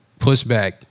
pushback